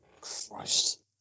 Christ